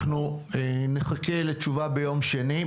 אנחנו נחכה לתשובה ביום שני,